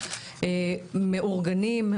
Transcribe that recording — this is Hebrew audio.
מאורגנים,